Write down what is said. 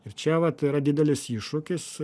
ir čia vat yra didelis iššūkis